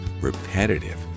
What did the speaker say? repetitive